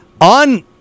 on